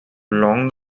long